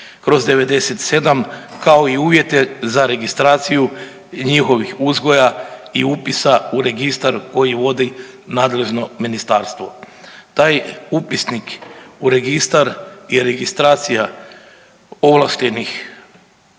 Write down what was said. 338/97, kao i uvjete za registraciju njihovih uzgoja i upisa u registar koji vodi nadležno ministarstvo. Taj upisnik u registar i registracija ovlaštenih objekata